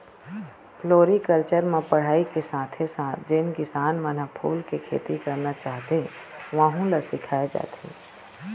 floriculture म पढ़ाई के साथे साथ जेन किसान मन ह फूल के खेती करना चाहथे वहूँ ल सिखाए जाथे